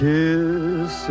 kiss